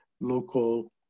local